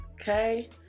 Okay